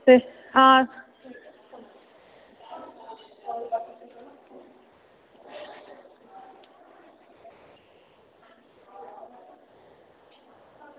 ते हां